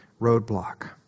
roadblock